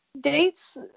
Dates